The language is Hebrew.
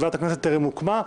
כי ועדת הכנסת טרם הוקמה.